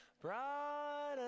brought